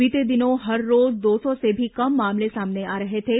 बीते दिनों हर रोज दो सौ से भी कम मामले सामने आ रहे थे